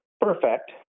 perfect